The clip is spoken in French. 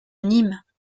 nîmes